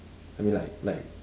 I mean like like